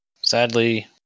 Sadly